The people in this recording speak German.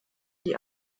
die